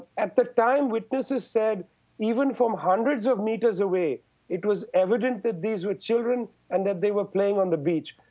at the time witnesses said even from hundreds of meters away it was evident that these were children and that they were playing on the beach.